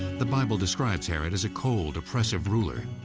the bible describes herod as a cold, oppressive ruler,